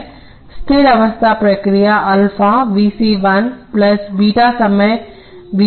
स्थिर अवस्था प्रतिक्रिया अल्फा ×V c 1 बीटा समय V c 2 होगी